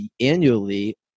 annually